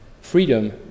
Freedom